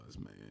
man